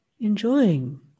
enjoying